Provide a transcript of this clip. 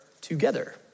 together